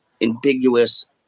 ambiguous